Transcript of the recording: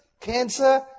cancer